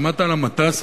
שמעת על המטס,